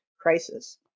crisis